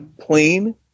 plane